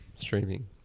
streaming